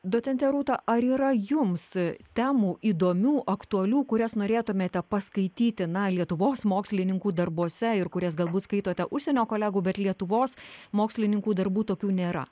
docente rūta ar yra jums temų įdomių aktualių kurias norėtumėte paskaityti na lietuvos mokslininkų darbuose ir kurias galbūt skaitote užsienio kolegų bet lietuvos mokslininkų darbų tokių nėra